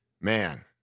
man